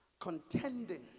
Contending